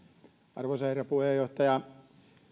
arvoisa herra puheenjohtaja